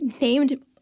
named